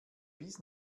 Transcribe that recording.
bis